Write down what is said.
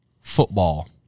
football